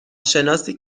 شناسی